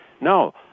No